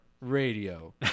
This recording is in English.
radio